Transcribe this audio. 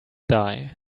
die